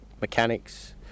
mechanics